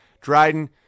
Dryden